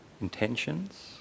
intentions